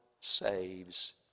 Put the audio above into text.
saves